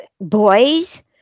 boys